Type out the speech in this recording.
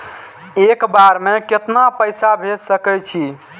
एक बार में केतना पैसा भेज सके छी?